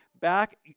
back